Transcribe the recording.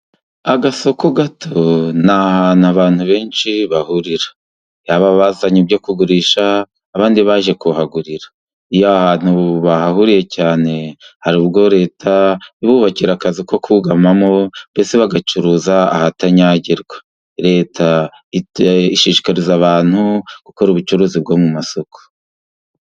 Agasoko gato ni ahantu abantu benshi bahurira, yaba abazanye ibyo kugurisha abandi baje kuhagurira. Iyo aha hantu bahahuriye cyane, hari ubwo Leta ibubakira akazu ko kugamamo, mbese bagacururiza ahatanyagirwa. Leta ishishikariza abantu gukora ubucuruzi bwo mu masoko.